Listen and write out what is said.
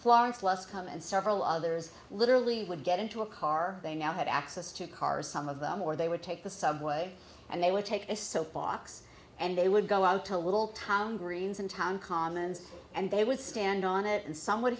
florence less come and several others literally would get into a car they now had access to cars some of them or they would take the subway and they would take this soap box and they would go out to little town greens in town commons and they would stand on it and some would